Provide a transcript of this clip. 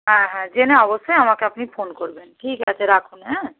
হ্যাঁ হ্যাঁ জেনে অবশ্যই আমাকে আপনি ফোন করবেন ঠিক আছে রাখছি হ্যাঁ